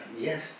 yes